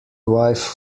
wife